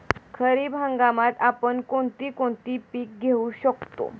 खरीप हंगामात आपण कोणती कोणती पीक घेऊ शकतो?